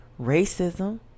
racism